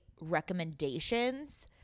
recommendations